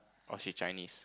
cause you Chinese